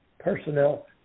personnel